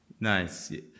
Nice